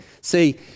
see